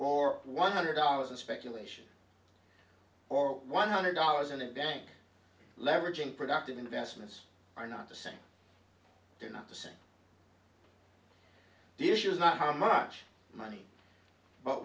or one hundred dollars in speculation or one hundred dollars in a bank leveraging productive investments are not the same they are not the same dishes not how much money but